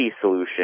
solution